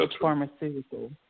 pharmaceutical